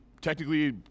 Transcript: technically